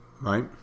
Right